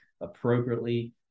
appropriately